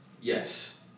yes